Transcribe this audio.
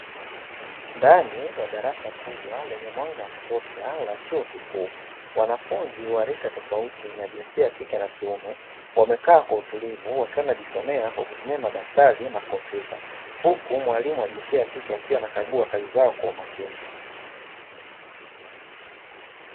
Ndani ya darasa kubwa lenye mwanga wa kutosha la chuo kikuu, wanafunzi wa rika tofauti na jinsia ya kike na kiume, wamekaa kwa utulivu wakiwa wanajisomea kwa kutumia madaftari na kompyuta, huku mwalimu wa jinsia ya kike anakagua kazi zao kwa makini.